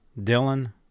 Dylan